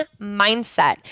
mindset